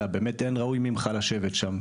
שאין ראוי ממך לשבת שם,